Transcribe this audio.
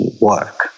work